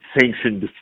sanctioned